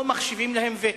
לא מחשיבים להם ותק.